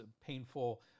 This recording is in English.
painful